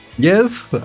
Yes